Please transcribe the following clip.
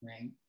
right